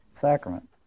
sacrament